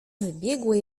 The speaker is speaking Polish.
wybiegły